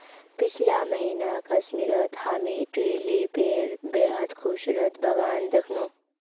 पीछला महीना कश्मीरत हामी ट्यूलिपेर बेहद खूबसूरत बगान दखनू